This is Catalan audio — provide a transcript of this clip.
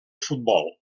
futbol